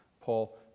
Paul